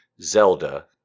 Zelda